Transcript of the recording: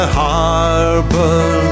harbor